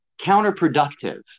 counterproductive